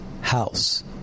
House